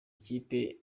ikipe